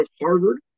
Harvard